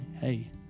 hey